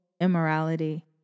immorality